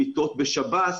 מיטות בשב"ס,